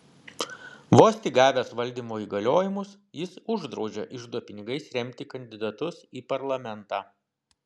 vos tik gavęs valdymo įgaliojimus jis uždraudžia iždo pinigais remti kandidatus į parlamentą